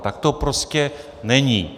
Tak to prostě není.